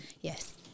Yes